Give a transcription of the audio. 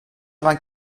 vingt